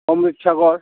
अमृत सागर